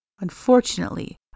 Unfortunately